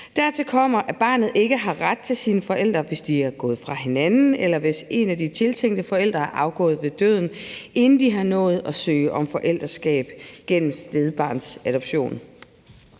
Dertil kommer at barnet ikke har ret til sine forældre, hvis de er gået fra hinanden, eller hvis en af de tiltænkte forældre er afgået ved døden, inden de har nået at søge om forældreskab gennem stedbarnsadoption.